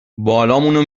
بالامونو